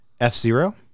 F-Zero